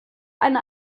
eine